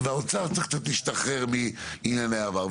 האוצר צריך קצת להשתחרר מענייני העבר.